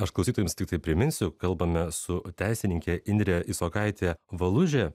aš klausytojams tiktai priminsiu kalbame su teisininke indre isokaite valuže